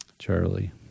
Charlie